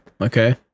Okay